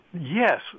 Yes